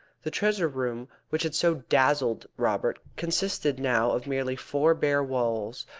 the treasure-room which had so dazzled robert consisted now of merely four bare walls,